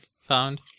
found